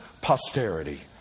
posterity